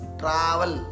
travel